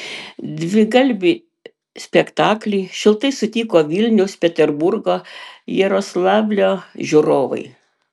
dvikalbį spektaklį šiltai sutiko vilniaus peterburgo jaroslavlio žiūrovai